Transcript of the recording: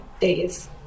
days